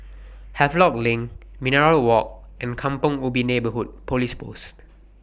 Havelock LINK Minaret Walk and Kampong Ubi Neighbourhood Police Post